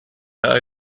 are